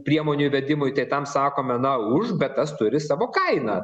priemonių įvedimui tai tam sakome na už bet tas turi savo kainą